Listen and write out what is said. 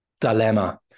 dilemma